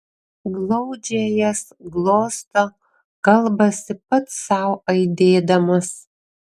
glaudžia jas glosto kalbasi pats sau aidėdamas